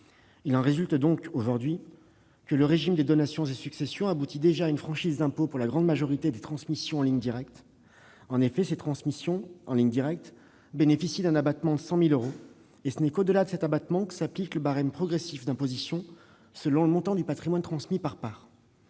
même abattement. Dès lors, le régime des donations et successions aboutit déjà à une franchise d'impôt pour la grande majorité des transmissions en ligne directe. En effet, ces dernières bénéficient d'un abattement de 100 000 euros : ce n'est qu'au-delà de cet abattement que s'applique le barème progressif d'imposition selon le montant du patrimoine transmis par part.